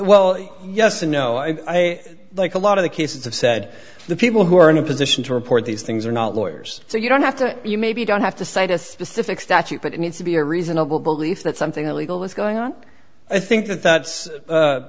well yes you know i like a lot of the cases of said the people who are in a position to report these things are not lawyers so you don't have to you maybe don't have to cite a specific statute but it needs to be a reasonable belief that something illegal is going on i think that that's